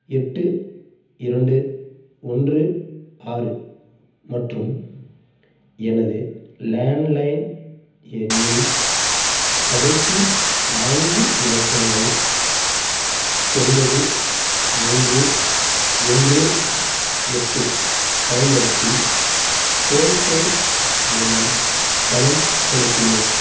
எட்டு இரண்டு ஒன்று ஆறு மற்றும் எனது லேண்ட்லைன் எண்ணின் கடைசி நான்கு இலக்கங்கள் ஒன்பது மூன்று ஒன்று எட்டு பயன்படுத்தி ஃபோன்பே மூலம் பணம் செலுத்தினேன்